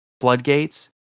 floodgates